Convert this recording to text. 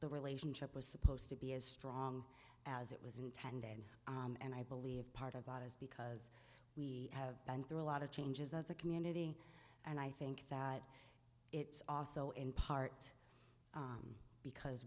the relationship was supposed to be as strong as it was intended and i believe part of that is because we have been through a lot of changes as a community and i think that it's also in part because